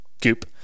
Goop